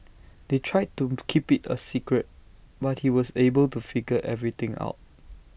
they tried to keep IT A secret but he was able to figure everything out